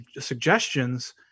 suggestions